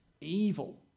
evil